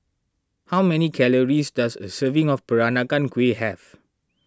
how many calories does a serving of Peranakan Kueh have